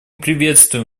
приветствуем